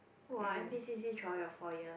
!wah! n_p_c_c throughout your four year